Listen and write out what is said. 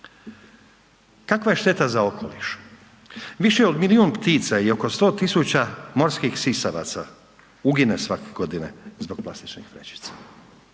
Kakva je šteta za okoliš? Više od milijun ptica i oko 100 000 morskih sisavaca ugine svake godine zbog plastičnih vrećica,